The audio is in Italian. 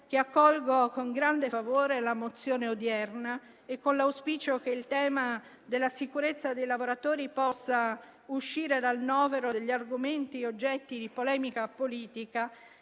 che accolgo con grande favore la mozione odierna e, con l'auspicio che il tema della sicurezza dei lavoratori possa uscire dal novero degli argomenti oggetto di polemica politica,